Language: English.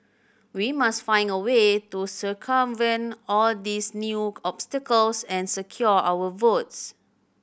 we must find a way to circumvent all these new obstacles and secure our votes